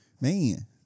man